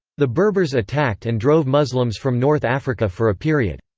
the berbers attacked and drove muslims from north africa for a period.